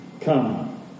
Come